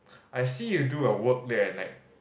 I see you do your work late at night